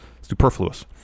superfluous